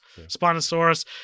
Spinosaurus